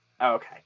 Okay